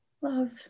Love